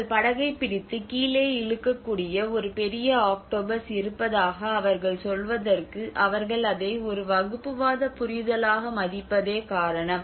உங்கள் படகைப் பிடித்து கீழே இழுக்கக்கூடிய ஒரு பெரிய ஆக்டோபஸ் இருப்பதாக அவர்கள் சொல்வதற்கு அவர்கள் அதை ஒரு வகுப்புவாத புரிதலாக மதிப்பதே காரணம்